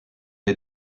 est